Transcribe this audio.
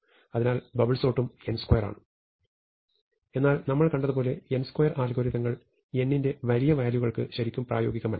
അതിനാൽ ബബിൾ സോർട്ടും n2 ആണ് എന്നാൽ നമ്മൾ കണ്ടതുപോലെ n2 അൽഗോരിതങ്ങൾ n ന്റെ വലിയ വാല്യൂകൾക്ക് ശരിക്കും പ്രായോഗികമല്ല